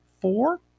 four